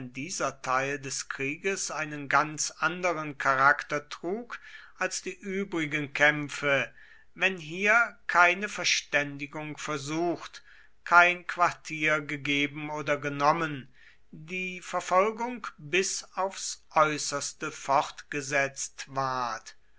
dieser teil des krieges einen ganz anderen charakter trug als die übrigen kämpfe wenn hier keine verständigung versucht kein quartier gegeben oder genommen die verfolgung bis aufs äußerste fortgesetzt ward